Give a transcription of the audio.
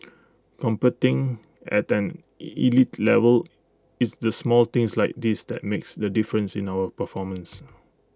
competing at an elite level it's the small things like this that makes the difference in our performance